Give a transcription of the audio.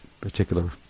particular